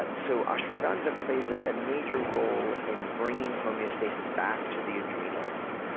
and so ashwagandha plays a ah major role in bringing homeostasis back to the adrenals.